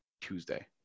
Tuesday